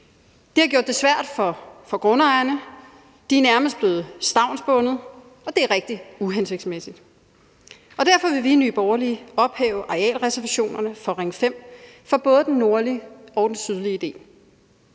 Det har gjort det svært for grundejerne, de er nærmest blevet stavnsbundet, og det er rigtig uhensigtsmæssigt. Derfor vil vi i Nye Borgerlige ophæve arealreservationerne til Ring 5, for så vidt angår både den nordlige og den sydlige del.